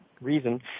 reason